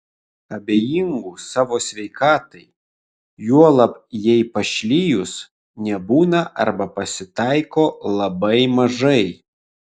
abejingų savo sveikatai juolab jai pašlijus nebūna arba pasitaiko labai mažai